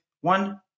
one